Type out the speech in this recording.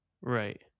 Right